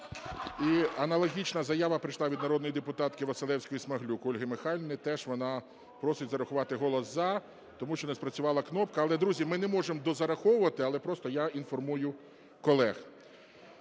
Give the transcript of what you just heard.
І аналогічна заява прийшла від народної депутатки Василевської-Смаглюк Ольги Михайлівни. Теж вона просить зарахувати голос "за", тому що не спрацювала кнопка. Але, друзі, ми не можемо дозараховувати, але просто я інформую колег.